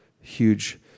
huge